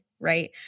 right